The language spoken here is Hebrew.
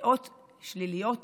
דעות שליליות